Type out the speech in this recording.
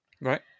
Right